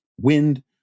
wind